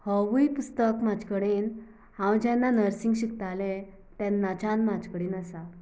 होवूय पुस्तक म्हाजे कडेन हांव जेन्ना नर्सींग शिकतालें तेन्नाच्यान म्हाजे कडेन आसा